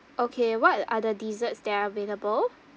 okay what are the desserts that are available